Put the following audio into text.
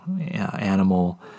animal